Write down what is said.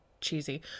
cheesy